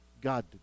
God